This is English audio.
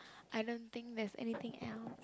I don't think there's anything else